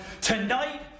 Tonight